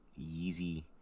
Yeezy